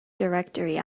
directory